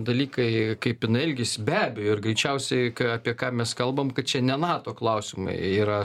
dalykai kaip jinai elgiasi be abejo ir greičiausiai apie ką mes kalbam kad čia ne nato klausimai yra